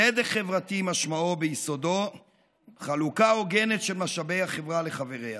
צדק חברתי משמעו ביסודו חלוקה הוגנת של משאבי החברה לחבריה,